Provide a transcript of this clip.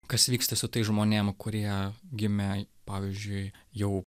kas vyksta su tais žmonėm kurie gimė pavyzdžiui jau